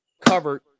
covered –